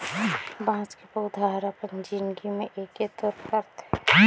बाँस के पउधा हर अपन जिनगी में एके तोर फरथे